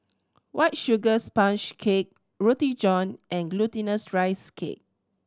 White Sugar Sponge Cake Roti John and Glutinous Rice Cake